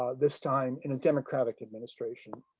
ah this time in a democratic administration.